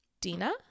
Dina